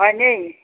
হয় নেকি